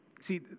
See